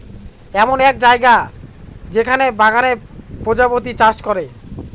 এমন এক জায়গা যেখানে বাগানে প্রজাপতি চাষ করে